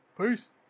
Peace